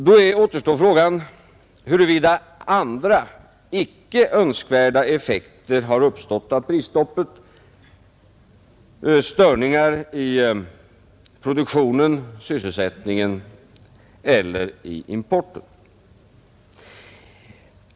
Då återstår frågan huruvida andra icke önskvärda effekter har uppstått av prisstoppet, störningar i produktionen, i sysselsättningen eller i importen.